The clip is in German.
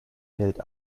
fällt